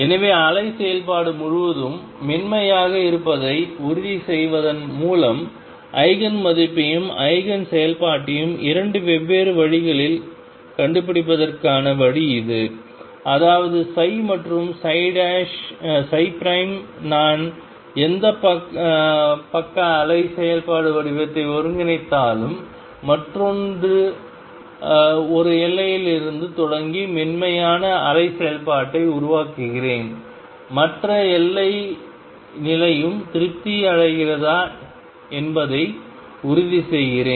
எனவே அலை செயல்பாடு முழுவதும் மென்மையாக இருப்பதை உறுதி செய்வதன் மூலம் ஈஜென் மதிப்பையும் ஈஜென் செயல்பாட்டையும் இரண்டு வெவ்வேறு வழிகளில் கண்டுபிடிப்பதற்கான வழி இது அதாவது மற்றும் நான் எந்த பக்க அலை செயல்பாட்டு வடிவத்தை ஒருங்கிணைத்தாலும் மற்றொன்று ஒரு எல்லையிலிருந்து தொடங்கி மென்மையான அலை செயல்பாட்டை உருவாக்குகிறேன் மற்ற எல்லை நிலையும் திருப்தி அடைகிறதா என்பதை உறுதிசெய்கிறேன்